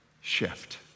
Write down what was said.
shift